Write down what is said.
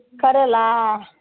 करेला